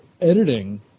editing